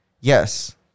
yes